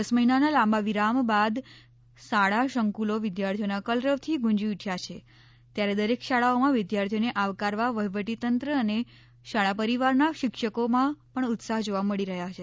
દસ મહિનાના લાંબા વિરામ બાદ શાળા સંકુલો વિદ્યાર્થીઓના કલરવ થી ગુંજી ઉઠ્યા છે ત્યારે દરેક શાળાઓમાં વિદ્યાર્થીઓને આવકારવા વહીવહી તંત્ર અને શાળા પરિવાર ના શિક્ષકો માં પણ ઉત્સાહ જોવા મળી રહ્યા છે